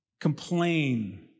complain